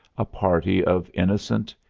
a party of innocent,